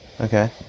Okay